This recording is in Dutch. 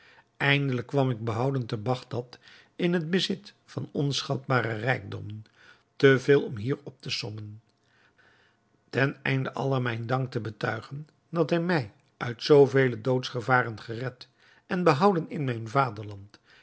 eindelijk kwam ik behouden te bagdad in het bezit van onschatbare rijkdommen te veel om hier op te sommen ten einde allah mijn dank te betuigen dat hij mij uit zoo vele doodsgevaren gered en behouden in mijn vaderland